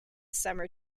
summer